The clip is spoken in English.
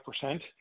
percent